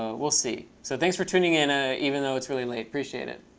we'll see. so thanks for tuning in ah even though it's really late, appreciate it.